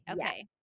Okay